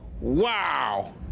Wow